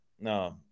No